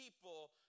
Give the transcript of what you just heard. people